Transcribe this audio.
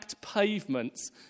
pavements